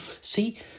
See